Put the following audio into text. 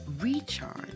recharge